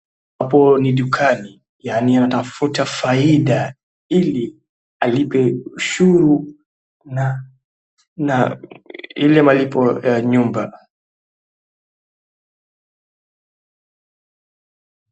Hapo ni dukani, yaani wanatafuta faida ili alipe ushuru na ile malipo ya nyumba .